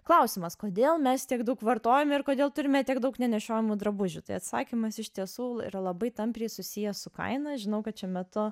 klausimas kodėl mes tiek daug vartojam ir kodėl turim tiek daug nenešiojamų drabužių tai atsakymas iš tiesų yra labai tampriai susijęs su kaina žinau kad šiuo metu